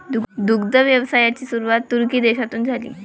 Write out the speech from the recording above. दुग्ध व्यवसायाची सुरुवात तुर्की देशातून झाली